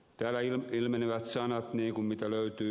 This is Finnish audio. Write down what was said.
täällä ilmenevät sanat mitä löytyy